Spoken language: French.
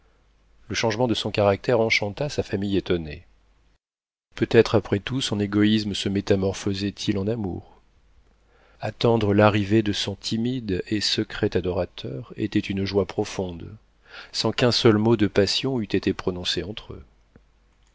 le changement de son caractère enchanta sa famille étonnée peut-être après tout son égoïsme se métamorphosait il en amour attendre l'arrivée de son timide et secret adorateur était une joie profonde sans qu'un seul mot de passion eût été prononcé entre eux